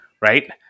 right